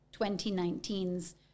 2019's